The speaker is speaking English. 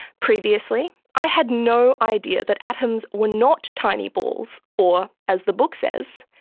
previously i had no idea that atoms were not tiny balls or, as the book says,